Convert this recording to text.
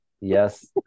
Yes